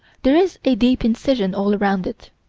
there is a deep incision all around it.